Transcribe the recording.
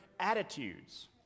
attitudes